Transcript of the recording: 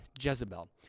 Jezebel